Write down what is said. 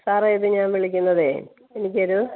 സാറേ ഇത് ഞാൻ വിളിക്കുന്നതേ എനിക്കൊരു